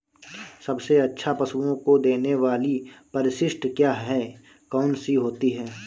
सबसे अच्छा पशुओं को देने वाली परिशिष्ट क्या है? कौन सी होती है?